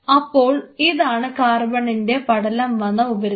അപ്പോൾ ഇതാണ് കാർബണിന്റെ പടലം വന്ന ഉപരിതലം